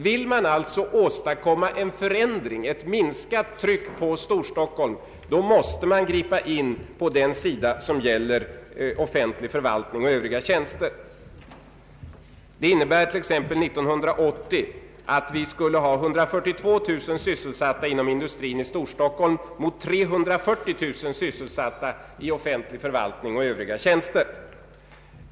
Vill man alltså åstadkomma en förändring, ett minskat tryck på Storstockholm, måste man gripa in på den sida som gäller offentlig förvaltning och övriga tjänster. Det innebär att vi t.ex. 1980 skulle ha 142 000 sysselsatta inom industri i Storstockholm mot 340 000 sysselsatta i offentlig förvaltning och övriga tjänster.